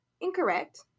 Incorrect